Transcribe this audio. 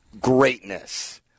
greatness